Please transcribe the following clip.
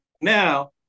now